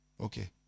Okay